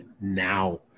now